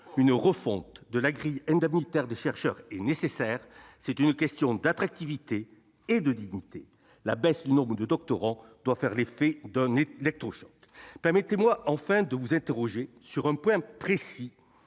une refonte de la grille indemnitaire des chercheurs est nécessaire. C'est une question d'attractivité et de dignité. La baisse du nombre de doctorants doit faire l'effet d'un électrochoc. Permettez-moi, enfin, de vous interroger sur un point précis,